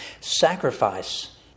sacrifice